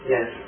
Yes